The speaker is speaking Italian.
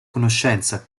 conoscenza